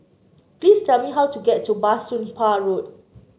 please tell me how to get to Bah Soon Pah Road